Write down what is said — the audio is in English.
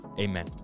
Amen